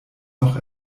noch